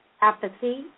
apathy